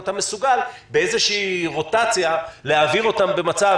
אתה מסוגל באיזו רוטציה להעביר אותם למצב